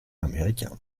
américain